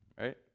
Right